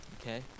okay